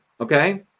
okay